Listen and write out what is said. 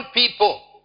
people